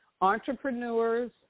Entrepreneurs